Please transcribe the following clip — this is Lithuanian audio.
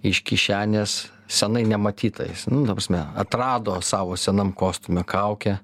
iš kišenės seniai nematyta jis nu ta prasme atrado savo senam kostiume kaukę